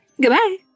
Goodbye